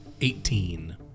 Eighteen